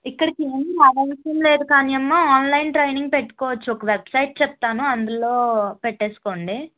ఇక్కడికి ఏమీ రావాల్సిన లేదు కానీ అమ్మ ఆన్లైన్ ట్రైనింగ్ పెట్టుకోవచ్చు ఒక వెబ్సైట్ చెప్తాను అందులో పెట్టుకోండి